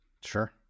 Sure